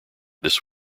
this